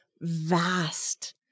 vast